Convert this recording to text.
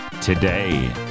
today